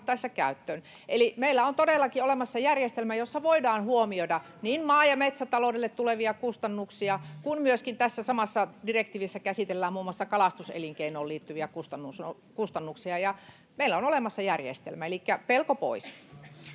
käyttöön. Eli meillä on todellakin olemassa järjestelmä, jossa voidaan huomioida niin maa‑ ja metsätaloudelle tulevia kustannuksia kuin myöskin muun muassa kalastuselinkeinoon liittyviä kustannuksia, joita tässä samassa direktiivissä